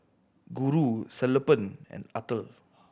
Guru Sellapan and Atal